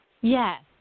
Yes